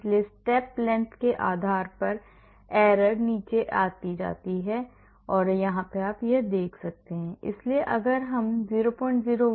इसलिए step length के आधार पर error नीचे आती रहती है जैसा कि आप देख सकते हैं